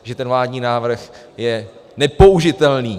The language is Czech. že ten vládní návrh je nepoužitelný.